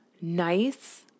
nice